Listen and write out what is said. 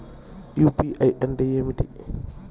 UPI అంటే ఏమి?